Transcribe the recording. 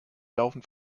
laufend